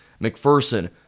McPherson